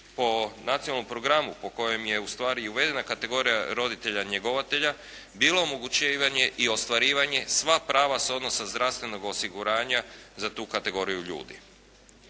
po Nacionalnom programu po kojem je u stvari i uvedena kategorija roditelja njegovatelja bilo omogućivanje i ostvarivanje sva prava s odnosa zdravstvenog osiguranja za tu kategoriju ljudi.